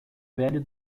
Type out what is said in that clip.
velho